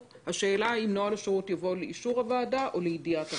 השאלה היא אם נוהל השירות יבוא לאישור הוועדה או לידיעת הוועדה.